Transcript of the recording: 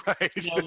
right